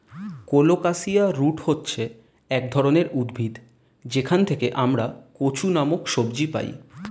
colocasia root হচ্ছে এক ধরনের উদ্ভিদ যেখান থেকে আমরা কচু নামক সবজি পাই